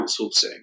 outsourcing